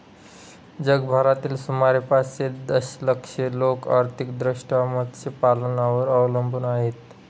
जगभरातील सुमारे पाचशे दशलक्ष लोक आर्थिकदृष्ट्या मत्स्यपालनावर अवलंबून आहेत